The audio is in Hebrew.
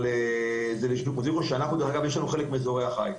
אבל צריך לומר שלנו יש חלק מאזורי החיץ.